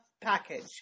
package